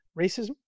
racism